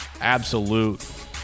absolute